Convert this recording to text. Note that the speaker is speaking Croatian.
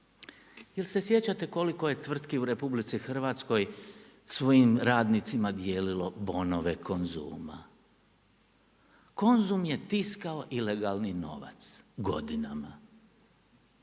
Jel se sjećate koliko je tvrtki u RH svojim radnicima dijelilo bonove Konzuma. Konzum je tiskao ilegalni novac godinama.